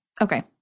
okay